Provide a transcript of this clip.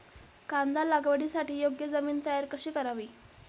कांदा लागवडीसाठी योग्य जमीन तयार कशी करावी?